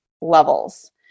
levels